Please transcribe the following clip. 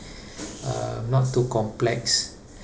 uh not too complex